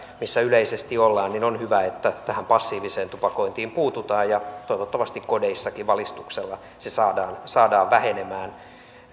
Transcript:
missä yleisesti ollaan tähän passiiviseen tupakointiin puututaan ja toivottavasti kodeissakin valistuksella se saadaan saadaan vähenemään